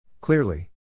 Clearly